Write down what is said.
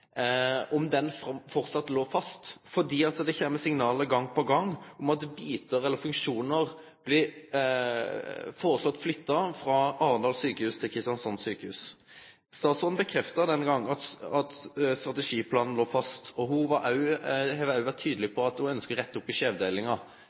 fast, for det kjem signal gong på gong om at funksjonar blir føreslått flytta frå Arendal sjukehus til Kristiansand sjukehus. Statsråden bekrefta den gongen at strategiplanen låg fast, og ho har også vore tydeleg